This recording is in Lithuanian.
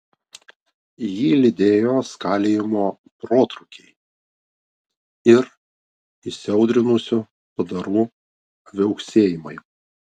jį lydėjo skalijimo protrūkiai ir įsiaudrinusių padarų viauksėjimai